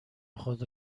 خود